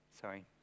sorry